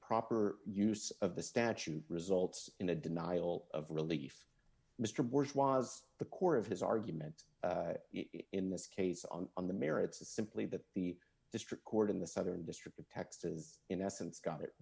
proper use of the statute results in a denial of relief mr bush was the core of his argument in this case on the merits is simply that the district court in the southern district of texas in essence got it